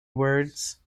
words